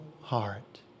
heart